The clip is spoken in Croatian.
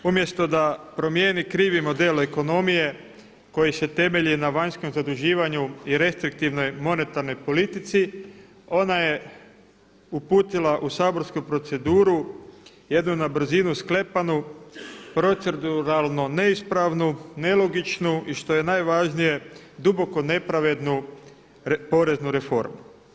Umjesto da promijeni krivi model ekonomije koji se temelji na vanjskom zaduživanju i restriktivnoj monetarnoj politici, ona je uputila u saborsku proceduru jednu na brzinu sklepanu proceduralno neispravnu, nelogičnu i što je najvažnije duboko nepravednu poreznu reformu.